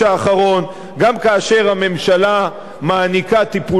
גם כאשר הממשלה מעניקה טיפולי שיניים חינם